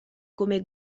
come